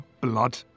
Blood